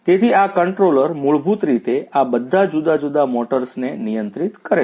તેથી આ કન્ટ્રોલર મૂળભૂત રીતે આ બધા જુદા જુદા મોટર્સને નિયંત્રિત કરે છે